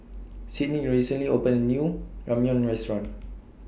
Sidney recently opened A New Ramyeon Restaurant